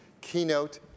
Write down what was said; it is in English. keynote